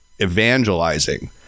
evangelizing